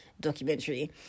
documentary